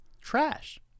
Trash